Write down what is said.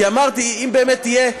כי אמרתי: אם באמת יהיה,